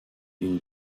une